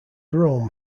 rome